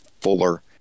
Fuller